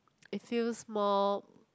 it feels more